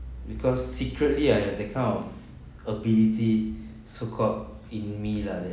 because secretly I have that kind of ability so called in me lah that